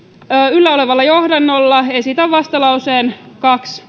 yllä olevalla johdannolla esitän vastalauseen kaksi